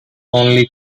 only